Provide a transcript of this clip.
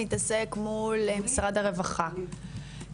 מתעסק מול משרד הרווחה,